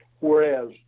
Whereas